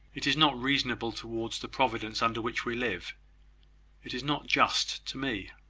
it is not reasonable towards the providence under which we live it is not just to me.